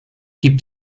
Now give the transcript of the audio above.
gibt